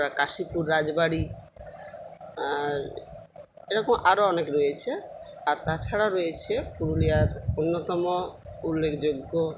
কাশীপুর রাজবাড়ি আর এরকম আরও অনেক রয়েছে আর তাছাড়া রয়েছে পুরুলিয়ার অন্যতম উল্লেখযোগ্য